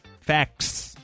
Facts